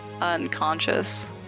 unconscious